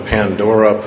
Pandora